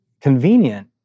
convenient